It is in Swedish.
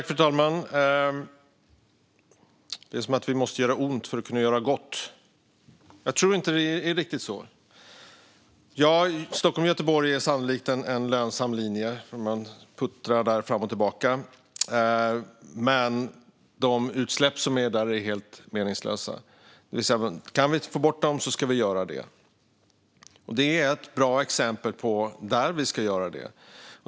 Fru talman! Det är som att vi måste göra ont för att göra gott. Jag tror inte att det riktigt är så. Stockholm-Göteborg är sannolikt en lönsam linje där man puttrar fram och tillbaka. De utsläpp som är där är helt meningslösa. Kan vi få bort dem ska vi göra det. Det är ett bra exempel på där vi ska göra det.